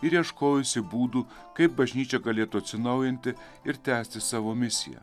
ir ieškojusi būdų kaip bažnyčia galėtų atsinaujinti ir tęsti savo misiją